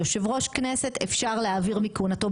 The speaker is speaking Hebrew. יושב ראש כנסת אפשר להעביר מכהונתו,